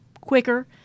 quicker